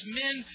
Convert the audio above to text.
men